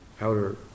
outer